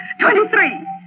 Twenty-three